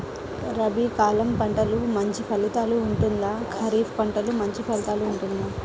రబీ కాలం పంటలు మంచి ఫలితాలు ఉంటుందా? ఖరీఫ్ పంటలు మంచి ఫలితాలు ఉంటుందా?